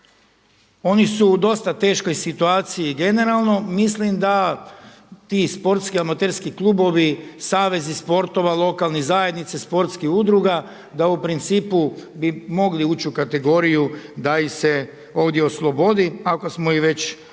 oni su u dosta teškoj situaciji generalno. Mislim da ti sportski amaterski klubovi, savezi sportova, lokalnih zajednica, sportskih udruga da u principu bi mogli ući u kategoriju da ih se ovdje oslobodi ako smo ih već u ono